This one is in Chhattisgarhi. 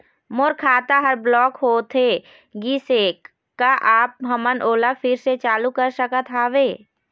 मोर खाता हर ब्लॉक होथे गिस हे, का आप हमन ओला फिर से चालू कर सकत हावे?